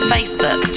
Facebook